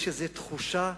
יש איזו תחושה,